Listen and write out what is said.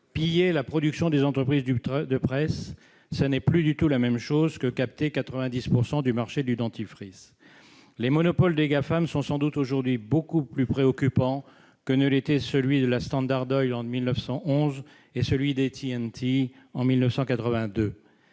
piller la production des entreprises de presse, ce n'est plus du tout la même chose que capter 90 % du marché du dentifrice. Aujourd'hui, les monopoles des Gafam sont sans doute beaucoup plus préoccupants que ne l'étaient celui de la Standard Oil en 1911 et celui de AT&T en 1982.